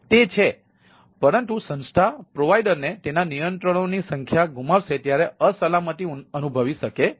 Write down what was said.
તેથી તે છે પરંતુ સંસ્થા પ્રોવાઇડરને તેના નિયંત્રણોની સંખ્યા ગુમાવશે ત્યારે અસલામતી અનુભવી શકે છે